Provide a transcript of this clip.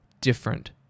different